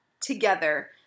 together